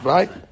Right